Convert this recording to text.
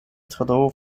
tro